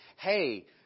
hey